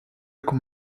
qu’on